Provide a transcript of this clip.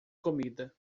comida